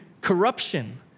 corruption